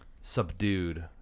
subdued